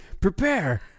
prepare